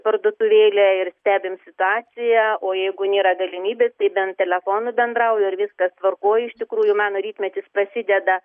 parduotuvėlę ir stebim situaciją o jeigu nėra galimybės tai bent telefonu bendrauju ar viskas tvarkoj iš tikrųjų mano rytmetis prasideda